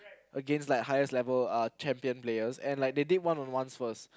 against like highest level uh champion players and like they did one on ones first